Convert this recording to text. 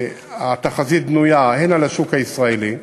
התחזית בנויה הן על השוק הישראלי,